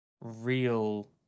real